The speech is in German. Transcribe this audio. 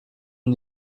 und